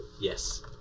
Yes